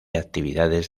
actividades